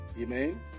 Amen